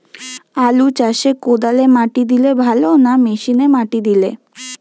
আলু চাষে কদালে মাটি দিলে ভালো না মেশিনে মাটি দিলে?